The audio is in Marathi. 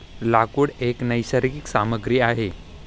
लाकूड एक नैसर्गिक सामग्री आहे